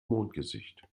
mondgesicht